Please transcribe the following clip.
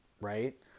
right